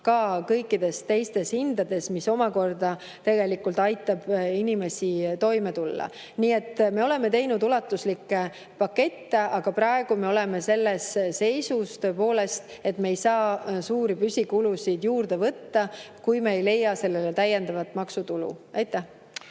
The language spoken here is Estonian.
kõikides teistes hindades ja see omakorda tegelikult aitab inimestel toime tulla. Nii et me oleme teinud ulatuslikke pakette, aga praegu me oleme selles seisus tõepoolest, et me ei saa suuri püsikulusid juurde võtta, kui me ei leia selle katteks täiendavat maksutulu. Aitäh!